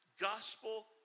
gospel